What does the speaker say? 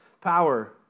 power